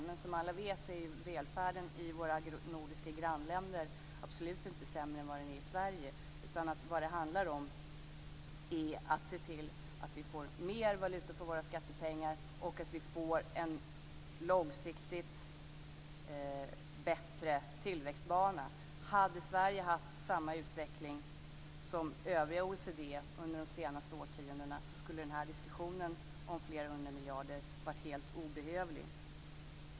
Men som alla vet är välfärden i våra nordiska grannländer absolut inte sämre än i Vad det handlar om är att se till att vi får mer valuta för våra skattepengar och att vi får en långsiktigt bättre tillväxtbana. Hade Sverige haft samma utveckling som övriga OECD under de senaste årtiondena skulle den här diskussionen om flera hundra miljarder ha varit helt obehövlig.